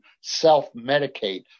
self-medicate